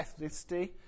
ethnicity